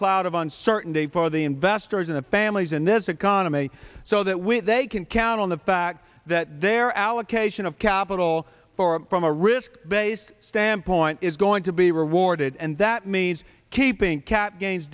cloud of uncertainty for the investors and families in this economy so that we they can count on the fact that their allocation of capital for from a risk based standpoint is going to be rewarded and that means keeping cap ga